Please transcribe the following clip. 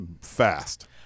fast